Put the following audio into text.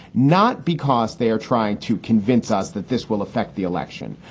not because they are trying to convince us that this will affect the election,